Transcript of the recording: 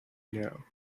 now